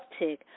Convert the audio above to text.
uptick